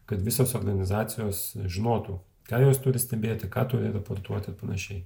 kad visos organizacijos žinotų ką jos turi stebėti ką turi raportuoti ir panašiai